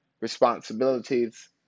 responsibilities